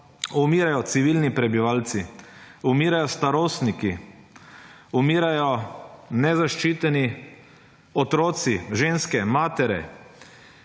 umirajo civilni prebivalci, umirajo starostniki, umirajo nezaščiteni otroci, ženske, matere.